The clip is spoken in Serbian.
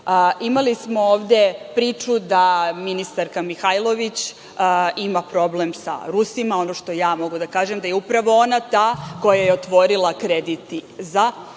Imali smo ovde priču da ministarka Mihajlović ima problem sa Rusima. Ono šta ja mogu da kažem je da je upravo ona ta koja je otvorila kredit za